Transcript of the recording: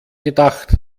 gedacht